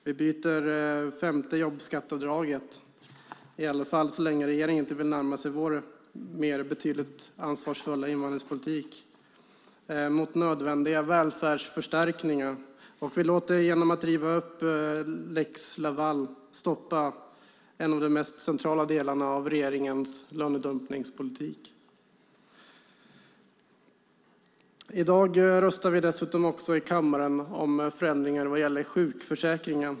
Vi byter femte jobbskatteavdraget, i alla fall så länge regeringen inte vill närma sig vår betydligt mer ansvarsfulla invandringspolitik, mot nödvändiga välfärdsförstärkningar. Vi låter, genom att riva upp lex Laval, stoppa en av de mest centrala delarna av regeringens lönedumpningspolitik. I dag röstar vi i kammaren dessutom om förändringar vad gäller sjukförsäkringen.